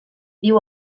viu